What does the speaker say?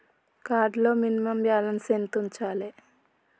Card లో minimum balance ఎంత ఉంచాలే?